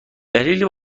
دلیلی